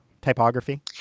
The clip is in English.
typography